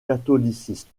catholicisme